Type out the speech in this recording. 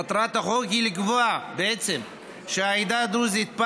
מטרת החוק היא לקבוע שהעדה הדרוזית,